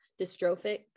dystrophic